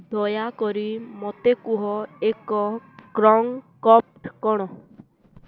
ଦୟାକରି ମୋତେ କୁହ ଏକ କ୍ରଙ୍କପ୍ଟ୍ କ'ଣ